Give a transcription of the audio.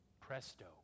Presto